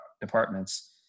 departments